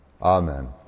Amen